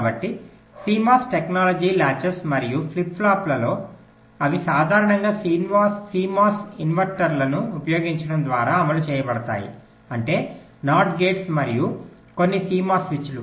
కాబట్టి CMOS technology latches మరియు flip ఫ్లాప్లలో అవి సాధారణంగా CMOS ఇన్వర్టర్లను ఉపయోగించడం ద్వారా అమలు చేయబడతాయి అంటే నాట్ గేట్లు మరియు కొన్ని CMOS స్విచ్లు